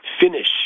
finish